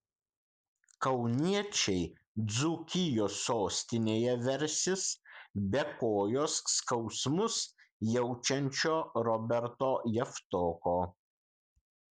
kauniečiai dzūkijos sostinėje versis be kojos skausmus jaučiančio roberto javtoko